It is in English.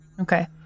Okay